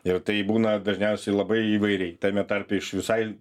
ir tai būna dažniausiai labai įvairiai tame tarpe iš visai